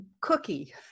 cookie